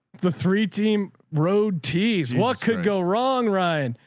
the three team road teas. what could go wrong, ryan?